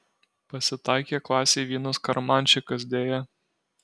pasitaikė klasėj vienas karmanščikas deja